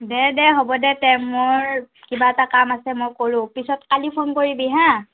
দে দে হ'ব দে তে মোৰ কিবা এটা কাম আছে মই কৰো পিছত কালি ফোন কৰিবি হা